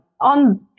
on